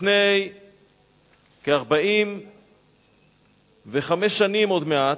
לפני כ-45 שנים עוד מעט,